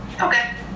Okay